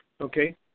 Okay